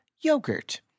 yogurt